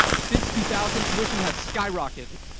since two thousand tuition has skyrocketed.